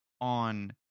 on